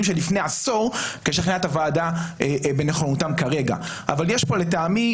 מלפני עשור לשכנע את הוועדה בנכונותם כרגע אבל לטעמי,